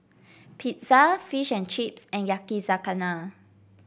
Pizza Fish and Chips and Yakizakana